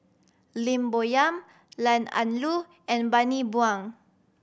Lim Bo Yam Ian Ong Lu and Bani Buang